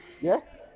Yes